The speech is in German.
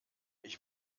ich